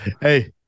hey